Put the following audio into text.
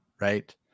right